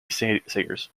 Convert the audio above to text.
sayers